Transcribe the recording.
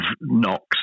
knocks